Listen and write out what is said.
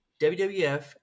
WWF